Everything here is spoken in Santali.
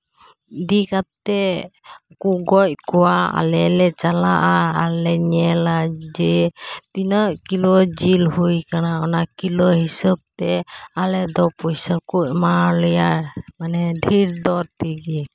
ᱤᱫᱤ ᱠᱟᱛᱮᱫ ᱠᱚ ᱜᱚᱡᱽ ᱠᱚᱣᱟ ᱟᱞᱮ ᱞᱮ ᱪᱟᱞᱟᱜᱼᱟ ᱟᱨᱞᱮ ᱧᱮᱞᱟ ᱡᱮ ᱛᱤᱱᱟᱹᱜ ᱠᱤᱞᱳ ᱡᱤᱞ ᱦᱩᱭ ᱠᱟᱱᱟ ᱚᱱᱟ ᱠᱤᱞᱳ ᱦᱤᱥᱟᱹᱵ ᱛᱮ ᱟᱞᱮ ᱫᱚ ᱯᱚᱭᱥᱟ ᱠᱚ ᱮᱢᱟᱣᱟᱞᱮᱭᱟ ᱢᱟᱱᱮ ᱰᱷᱤᱨ ᱫᱚᱨ ᱛᱮᱜᱮ